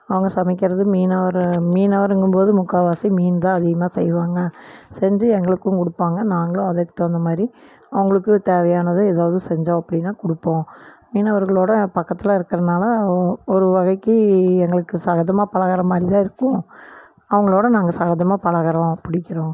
அவங்க சமைக்கிறது மீனவர் மீனவருங்கும்போது முக்கால்வாசி மீன்தான் அதிகமாக செய்வாங்கள் செஞ்சு எங்களுக்கும் கொடுப்பாங்க நாங்களும் அதுக்கு தகுந்தமாதிரி அவங்களுக்கு தேவையானதை எதாவது செஞ்சோம் அப்படின்னா கொடுப்போம் மீனவர்களோட பக்கத்தில் இருக்கிறனால ஒருவகைக்கு எங்களுக்கு சகஜமாக பழகுகிறமாரிதான் இருக்கும் அவங்களோட நாங்கள் சகஜமாக பழகுறோம் பிடிக்கிறோம்